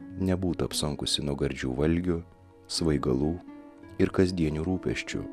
nebūtų apsunkusi nuo gardžių valgių svaigalų ir kasdienių rūpesčių